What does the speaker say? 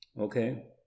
okay